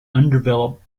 undeveloped